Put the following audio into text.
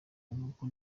nuko